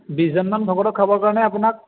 বিছজনমান ভকতক খাবৰ কাৰণে আপোনাক